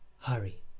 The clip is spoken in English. hurry